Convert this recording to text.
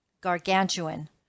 gargantuan